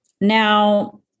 Now